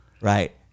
Right